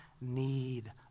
need